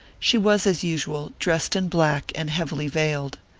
she was, as usual, dressed in black and heavily veiled.